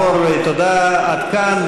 תודה, עד כאן.